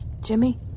Jimmy